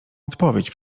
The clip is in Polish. odpowiedź